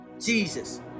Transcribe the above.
Jesus